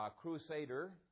crusader